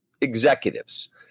executives